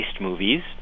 movies